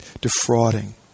defrauding